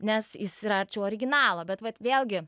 nes jis yra arčiau originalo bet vat vėlgi